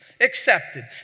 accepted